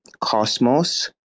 Cosmos